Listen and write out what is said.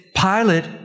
Pilate